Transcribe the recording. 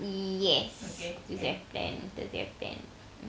yes because I have plans I have plans